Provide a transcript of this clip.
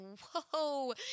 whoa